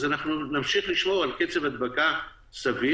אנחנו נמשיך לשמור על קצב הדבקה סביר,